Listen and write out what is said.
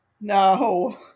No